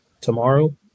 Tomorrow